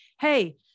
hey